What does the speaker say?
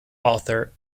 author